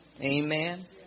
amen